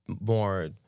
more